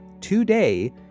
today